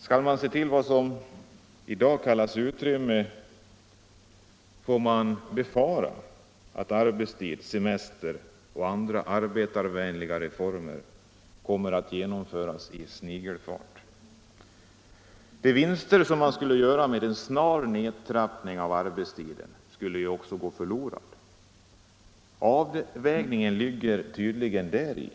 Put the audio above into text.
Skall man se till vad som i dag kallas utrymme, får man befara att arbetstid, semester och andra arbetarvänliga reformer kommer att genomföras i snigelfart. De vinster som man skulle göra med en snar nedtrappning av arbetstiden skulle ju också gå förlorade. Avvägningen ligger tydligen däri